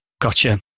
Gotcha